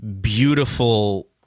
beautiful